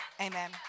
Amen